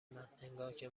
من، انگارکه